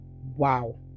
wow